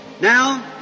Now